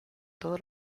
todo